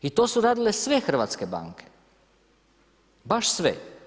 To su radile sve hrvatske banke, baš sve.